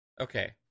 Okay